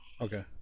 okay